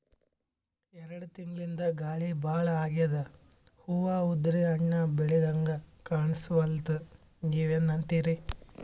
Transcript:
ಎರೆಡ್ ತಿಂಗಳಿಂದ ಗಾಳಿ ಭಾಳ ಆಗ್ಯಾದ, ಹೂವ ಉದ್ರಿ ಹಣ್ಣ ಬೆಳಿಹಂಗ ಕಾಣಸ್ವಲ್ತು, ನೀವೆನಂತಿರಿ?